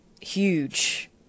huge